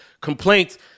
complaints